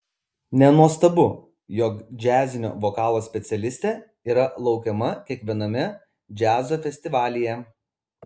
nenuostabu jog džiazinio vokalo specialistė yra laukiama kiekviename džiazo festivalyje